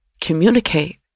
communicate